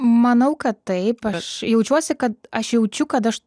manau kad taip aš jaučiuosi kad aš jaučiu kad aš